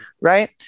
right